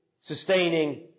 sustaining